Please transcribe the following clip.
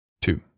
Two